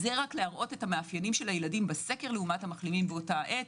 זה להראות את המאפיינים של הילדים בסקר לעומת המחלימים באותה עת.